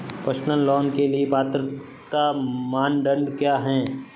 Personal loan के लिए पात्रता मानदंड क्या हैं?